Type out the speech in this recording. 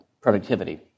productivity